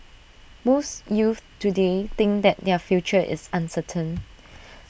most youths today think that their future is uncertain